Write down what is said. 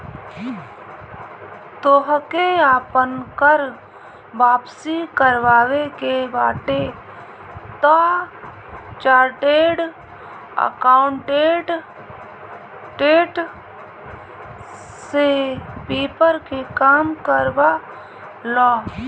तोहके आपन कर वापसी करवावे के बाटे तअ चार्टेड अकाउंटेंट से पेपर के काम करवा लअ